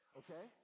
okay